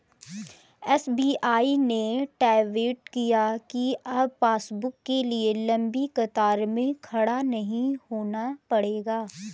SBI ने tweet किया कि अब पासबुक के लिए लंबी कतार में खड़ा नहीं होना पड़ेगा